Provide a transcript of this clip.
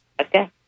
Okay